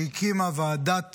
שהקימה ועדת